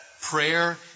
Prayer